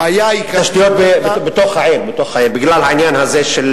הבעיה היא, תשתיות בתוך העיר בגלל העניין הזה של